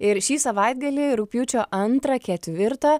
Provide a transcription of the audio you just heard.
ir šį savaitgalį rugpjūčio antrą ketvirtą